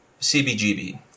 CBGB